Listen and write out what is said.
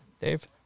Dave